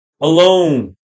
Alone